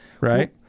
right